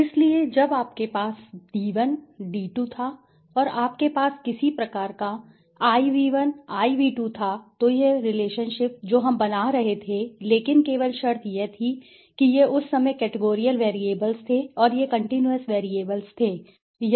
इसलिए जब आपके पास D1 D2 था और आपके पास किसी प्रकार का IV1 IV2 था तो वह रिलेशनशिप जो हम बना रहे थे लेकिन केवल शर्त यह थी कि ये उस समय कैटेगोरिअल वैरिएबल्स थे और ये कन्टीन्यूस वैरिएबल्स थे यदि आप समझते है